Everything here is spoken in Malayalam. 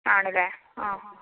ആണല്ലെ ആ ഹാ